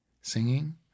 singing